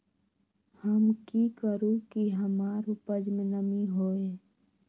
हम की करू की हमार उपज में नमी होए?